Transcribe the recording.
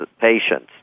patients